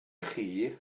chi